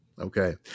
Okay